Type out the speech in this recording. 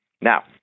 Now